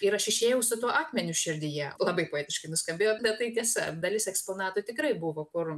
ir aš išėjau su tuo akmeniu širdyje labai poetiškai nuskambėjo bet tai tiesa dalis eksponatų tikrai buvo kur